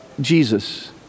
Jesus